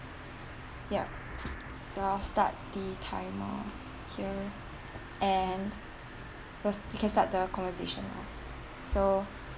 yup so I'll start the timer here and us we can start the conversation now so